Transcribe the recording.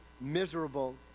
miserable